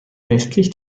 westlich